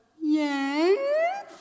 Yes